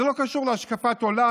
זה לא קשור להשקפת עולם,